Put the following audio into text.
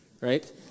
right